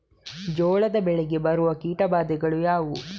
ಜೋಳದ ಬೆಳೆಗೆ ಬರುವ ಕೀಟಬಾಧೆಗಳು ಯಾವುವು?